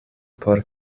por